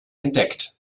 entdeckt